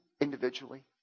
individually